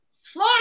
Slow